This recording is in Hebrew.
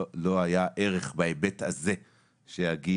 לא היה הערך בהיבט הזה שאגיע